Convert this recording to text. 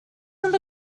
not